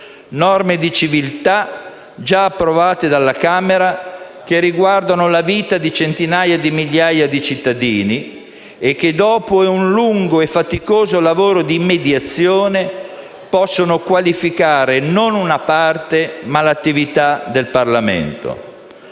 Norme di civiltà già approvate dalla Camera che riguardano la vita di centinaia di migliaia di cittadini, che dopo un lungo e faticoso lavoro di mediazione possono qualificare non una parte, ma l'attività del Parlamento.